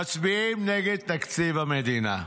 מצביעים נגד תקציב המדינה,